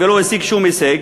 ולא השיג שום הישג,